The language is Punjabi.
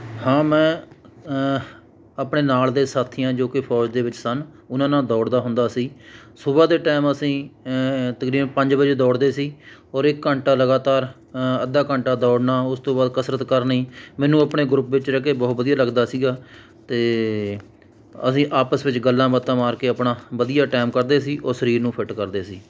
ਹਾਂ ਮੈਂ ਆਪਣੇ ਨਾਲ ਦੇ ਸਾਥੀਆਂ ਜੋ ਕਿ ਫੌਜ ਦੇ ਵਿੱਚ ਸਨ ਉਹਨਾਂ ਨਾਲ ਦੌੜਦਾ ਹੁੰਦਾ ਸੀ ਸੁਬਾਹ ਦੇ ਟਾਈਮ ਅਸੀਂ ਤਕਰੀਬਨ ਪੰਜ ਵਜੇ ਦੌੜਦੇ ਸੀ ਔਰ ਇੱਕ ਘੰਟਾ ਲਗਾਤਾਰ ਅੱਧਾ ਘੰਟਾ ਦੌੜਨਾ ਉਸ ਤੋਂ ਬਾਅਦ ਕਸਰਤ ਕਰਨੀ ਮੈਨੂੰ ਆਪਣੇ ਗਰੁੱਪ ਵਿੱਚ ਰਹਿ ਕੇ ਬਹੁਤ ਵਧੀਆ ਲੱਗਦਾ ਸੀਗਾ ਅਤੇ ਅਸੀਂ ਆਪਸ ਵਿੱਚ ਗੱਲਾਂ ਬਾਤਾਂ ਮਾਰ ਕੇ ਆਪਣਾ ਵਧੀਆ ਟਾਈਮ ਕੱਢਦੇ ਸੀ ਔਰ ਸਰੀਰ ਨੂੰ ਫਿੱਟ ਕਰਦੇ ਸੀ